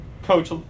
Coach